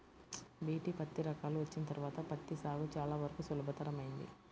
BT పత్తి రకాలు వచ్చిన తర్వాత పత్తి సాగు చాలా వరకు సులభతరమైంది